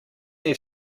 need